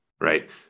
right